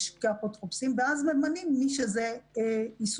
כאפוטרופוסים ואז ממנים את מי שזה עיסוקו.